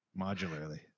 modularly